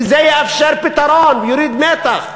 כי זה יאפשר פתרון, יוריד מתח.